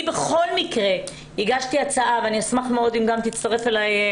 אני בכל מקרה הגשתי הצעה ואני אשמח מאוד אם גם תצטרף אלי,